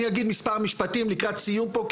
אני אגיד מספר משפטים לסיום פה,